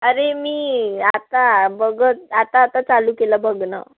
अरे मी आता बघत आता आता चालू केलं बघणं